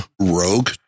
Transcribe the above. rogue